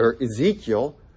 Ezekiel